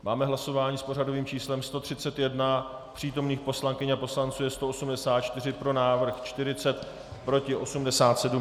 Máme hlasování s pořadovým číslem 131, přítomných poslankyň a poslanců je 184, pro návrh 40, proti 87.